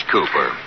Cooper